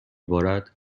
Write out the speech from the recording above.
بارد